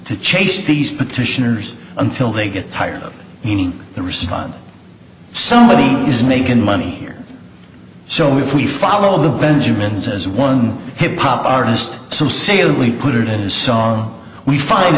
to chase these petitioners until they get tired of hearing the response somebody is making money here so if we follow the benjamins as one hip hop artist to say we put it in a song we find